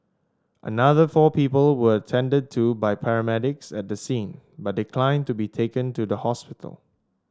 another four people were attended to by paramedics at the scene but declined to be taken to the hospital